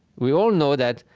we all know that,